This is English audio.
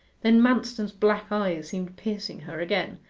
then manston's black eyes seemed piercing her again,